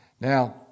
Now